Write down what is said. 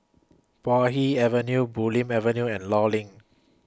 Puay Hee Avenue Bulim Avenue and law LINK